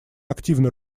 активно